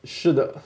是的